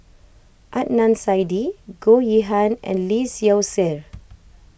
Adnan Saidi Goh Yihan and Lee Seow Ser